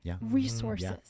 resources